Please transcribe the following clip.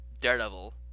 Daredevil